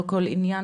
לכל עניין,